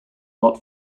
not